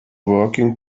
working